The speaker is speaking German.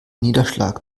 niederschlag